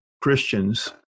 Christians